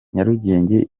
nyarugenge